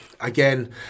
again